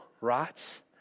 right